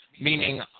meaning